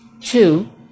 Two